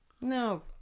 no